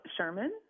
Sherman